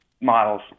models